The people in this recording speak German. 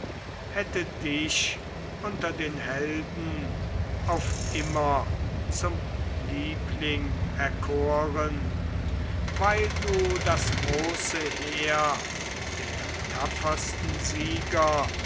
hätte dich unter den helden auf immer zum liebling erkoren weil du das große heer der tapfersten sieger